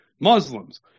Muslims